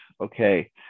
Okay